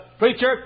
Preacher